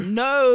no